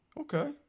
Okay